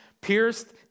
pierced